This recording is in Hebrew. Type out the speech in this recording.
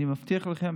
אני מבטיח לכם,